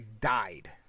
died